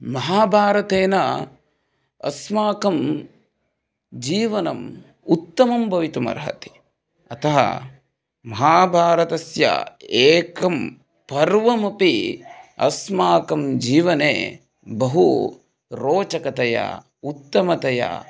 महाभारतेन अस्माकं जीवनम् उत्तमं भवितुमर्हति अतः महाभारतस्य एकं पर्वमपि अस्माकं जीवने बहु रोचकतया उत्तमतया